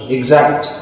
Exact